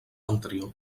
anterior